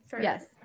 yes